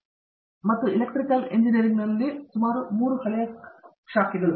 professor Babu Vishwanath ಮತ್ತು electrical ಇಂಜಿನಿಯರಿಂಗ್ನಲ್ಲಿ ಸುಮಾರು 3 ಹಳೆಯ ಶಾಖೆಗಳು